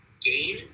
gain